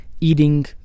eating